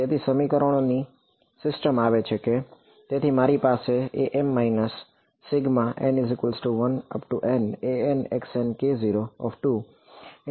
તેથી સમીકરણોની સિસ્ટમ આવે છે કે તેથી મારી પાસે છે am n1Nannk02grmrpnrdrFirm